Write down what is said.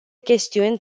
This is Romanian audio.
chestiuni